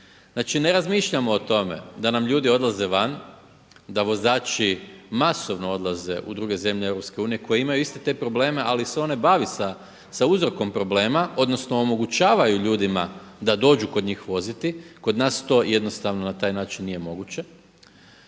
Znači ne razmišljamo o tome da nam ljudi odlaze van, da vozači masovno odlaze u druge zemlje EU koje imaju iste te probleme ali se on ne bavi sa uzrokom problema, odnosno omogućavaju ljudima da dođu kod njih voziti, kod nas to jednostavno na taj način nije moguće,